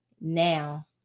now